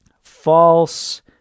False